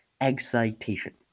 excitation